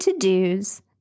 to-dos